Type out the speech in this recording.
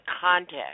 context